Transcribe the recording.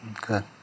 Good